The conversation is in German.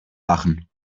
lachen